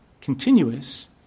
continuous